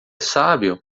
sábio